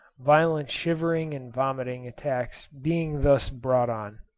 violent shivering and vomiting attacks being thus brought on.